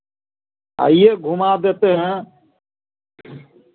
आइए घुमा देते हैं